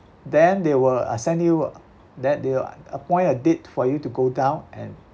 then they will uh send you that they will appoint a date for you to go down